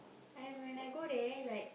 I when I go there like